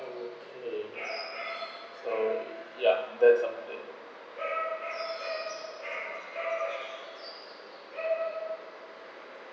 okay so ya that something